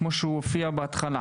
כמו שהוא הופיע בהתחלה.